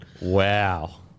Wow